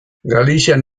galizian